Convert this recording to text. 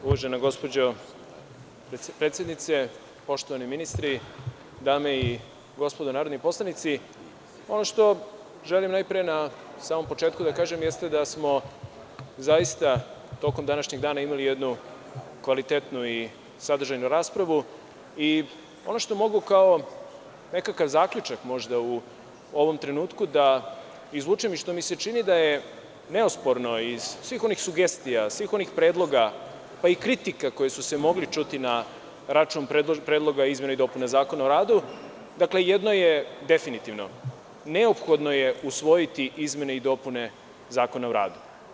Uvažena gospođo predsednice, poštovani ministri, dame i gospodo narodni poslanici, ono što želim najpre na samom početku da kažem jeste da smo zaista tokom današnjeg dana imali jednu kvalitetnu i sadržajnu raspravu i ono što mogu kao nekakav zaključak možda u ovom trenutku da izvučem i što mi se čini da je neosporno iz svih onih sugestija, iz svih onih predloga, pa i kritika koje su se mogle čuti na račun predloga izmene i dopune Zakona o radu, dakle, jedno je definitivno, neophodno je usvojiti izmene i dopune Zakona o radu.